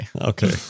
Okay